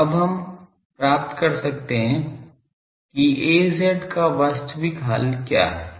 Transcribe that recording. तो अब हम प्राप्त कर सकते हैं कि Az का वास्तविक हल क्या है